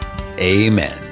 Amen